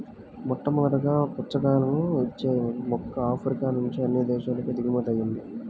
మొట్టమొదటగా పుచ్చకాయలను ఇచ్చే మొక్క ఆఫ్రికా నుంచి అన్ని దేశాలకు దిగుమతి అయ్యింది